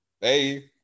hey